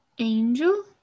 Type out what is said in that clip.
Angel